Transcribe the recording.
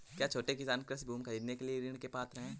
क्या छोटे किसान कृषि भूमि खरीदने के लिए ऋण के पात्र हैं?